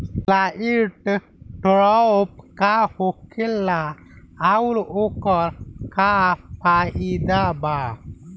Light trap का होखेला आउर ओकर का फाइदा बा?